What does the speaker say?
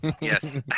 yes